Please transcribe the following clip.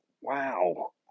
Wow